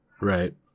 Right